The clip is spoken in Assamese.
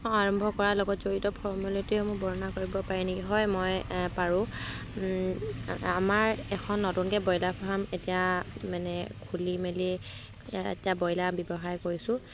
আৰম্ভ কৰাৰ লগত জড়িত ফৰ্মেলিটিসমূহ বৰ্ণনা কৰিব পাৰে নেকি হয় মই পাৰোঁ আমাৰ এখন নতুনকৈ ব্ৰইলাৰ ফাৰ্ম এতিয়া মানে খুলি মেলি ইয়াত এতিয়া ব্ৰইলাৰ ব্যৱসায় কৰিছোঁ